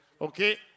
Okay